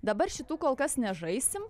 dabar šitų kol kas nežaisim